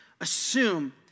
assume